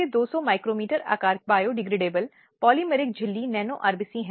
जो उसके खिलाफ लगाए गए हैं और परिणामी यातना जो उस पर अंकित है